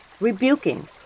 rebuking